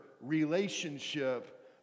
relationship